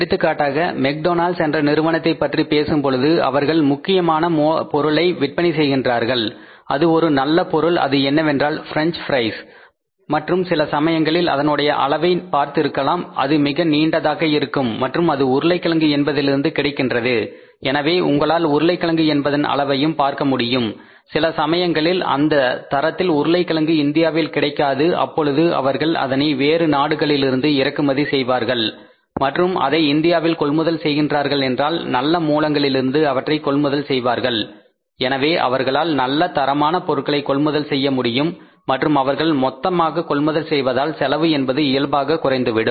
எடுத்துக்காட்டாக மெக்டொனால்ட்ஸ்McDonald's என்ற நிறுவனத்தை பற்றி பேசும் பொழுது அவர்கள் ஒரு முக்கியமான பொருளை விற்பனை செய்கின்றார்கள் அது ஒரு நல்ல பொருள் அது என்னவென்றால் பிரெஞ்சு ப்ரைஸ் மற்றும் சில சமயங்களில் அதனுடைய அளவை பார்த்து இருக்கலாம் அது மிக நீண்டதாக இருக்கும் மற்றும் அது உருளைக்கிழங்கு என்பதிலிருந்து கிடைக்கின்றது எனவே உங்களால் உருளைக்கிழங்கு என்பதன் அளவையும் பார்க்க முடியும் சில சமயங்களில் அந்த தரத்தில் உருளைக்கிழங்கு இந்தியாவில் கிடைக்காது அப்பொழுது அவர்கள் அதனை வேறு நாடுகளிலிருந்து இறக்குமதி செய்வார்கள் மற்றும் அதை இந்தியாவில் கொள்முதல் செய்கின்றார்கள் என்றால் நல்ல மூலங்களிலிருந்து அவற்றை கொள்முதல் செய்வார்கள் எனவே அவர்களால் நல்ல தரமான பொருட்களை கொள்முதல் செய்ய முடியும் மற்றும் அவர்கள் மொத்தமாக கொள்முதல் செய்வதால் செலவு என்பது இயல்பாக குறைந்துவிடும்